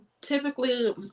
typically